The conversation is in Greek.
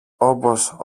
όπως